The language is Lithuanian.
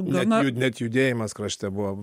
net jud net judėjimas krašte buvo